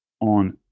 on